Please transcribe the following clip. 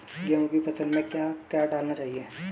गेहूँ की फसल में क्या क्या डालना चाहिए?